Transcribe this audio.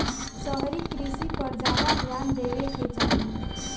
शहरी कृषि पर ज्यादा ध्यान देवे के चाही